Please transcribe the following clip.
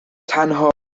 تنها